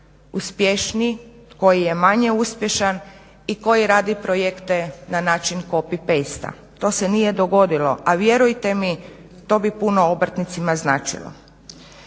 koji je manje uspješan i koji radi projekte na način copy-paste-a. To se nije dogodilo, a vjerujte mi to bi puno obrtnicima značilo.